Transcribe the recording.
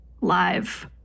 live